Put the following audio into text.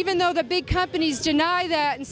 even though the big companies deny that and